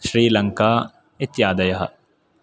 श्रीलङ्का इत्यादयः